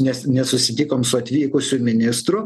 nes nesusitikom su atvykusiu ministru